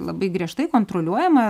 labai griežtai kontroliuojama